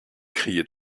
criaient